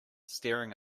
staring